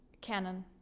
canon